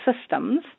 Systems